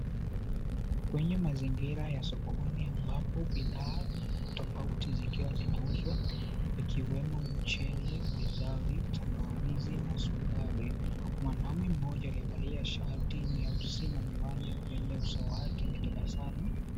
Kwenye mazingira ya sokoni 𝑎𝑚bapo bidhaa tofauti 𝑣𝑖𝑘𝑖𝑤𝑎 vinauzwa yakiwemo mchele, bizari, tangawizi na sukari. 𝑀wanaume mmoja aliyevalia shati nyeusi na miwani kwenye uso wake ametabasamu.